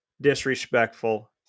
disrespectful